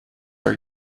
are